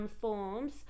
forms